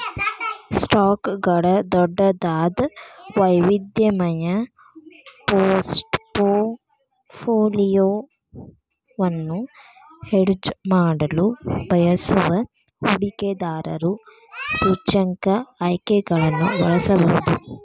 ಸ್ಟಾಕ್ಗಳ ದೊಡ್ಡದಾದ, ವೈವಿಧ್ಯಮಯ ಪೋರ್ಟ್ಫೋಲಿಯೊವನ್ನು ಹೆಡ್ಜ್ ಮಾಡಲು ಬಯಸುವ ಹೂಡಿಕೆದಾರರು ಸೂಚ್ಯಂಕ ಆಯ್ಕೆಗಳನ್ನು ಬಳಸಬಹುದು